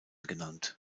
genannt